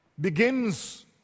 begins